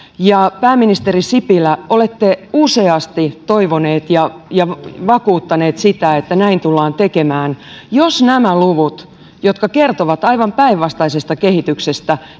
ja pääministeri sipilä olette useasti toivonut ja ja vakuuttanut sitä että näin tullaan tekemään jos nämä luvut jotka kertovat aivan päinvastaisesta kehityksestä